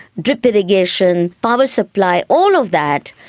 drip irrigation, power supply, all of that.